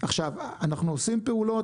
אנחנו עושים פעולות.